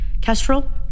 Kestrel